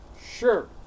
sure